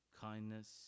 kindness